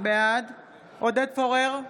בעד עודד פורר,